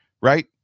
Right